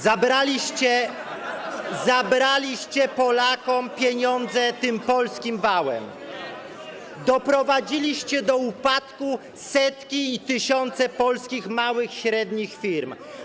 zabraliście Polakom pieniądze tym polskim wałem, doprowadziliście do upadku setki, tysiące polskich małych, średnich firm.